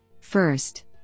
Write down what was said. First